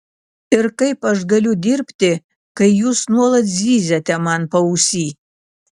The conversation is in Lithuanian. ir kaip aš galiu dirbti kai jūs nuolat zyziate man paausy